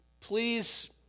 please